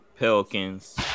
Pelicans